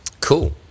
Cool